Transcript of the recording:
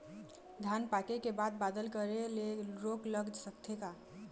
धान पाके के बाद बादल करे ले रोग लग सकथे का?